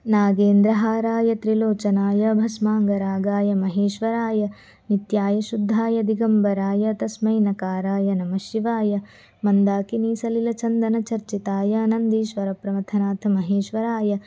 नागेन्द्रहाराय त्रिलोचनाय भस्माङ्गरागाय महेश्वराय नित्यायशुद्धाय दिगम्बराय तस्मै नकाराय नमःशिवाय मन्दाकिनीसलिलचन्दनचर्चिताय नन्दीश्वरप्रमथनाथमहेश्वराय